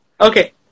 Okay